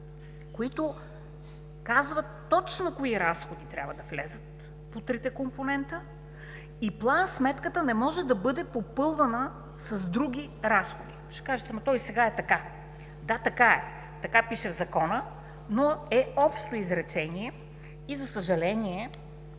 които казват точно кои разходи трябва да влязат по трите компонента и план- сметката не може да бъде попълвана с други разходи. Ще кажете: „Ама то и сега е така“! Да, така е, така пише в Закона. Но е общо изречение и, за съжаление,